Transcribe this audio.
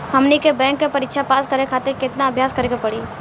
हमनी के बैंक के परीक्षा पास करे खातिर केतना अभ्यास करे के पड़ी?